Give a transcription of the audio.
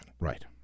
right